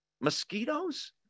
mosquitoes